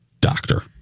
doctor